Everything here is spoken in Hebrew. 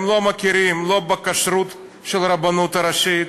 הם לא מכירים בכשרות של הרבנות הראשית,